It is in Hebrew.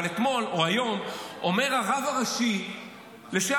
אבל אתמול או היום אומר הרב הראשי לשעבר,